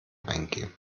eingeben